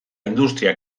industria